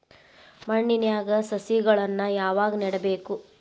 ಮಣ್ಣಿನ್ಯಾಗ್ ಸಸಿಗಳನ್ನ ಯಾವಾಗ ನೆಡಬೇಕು?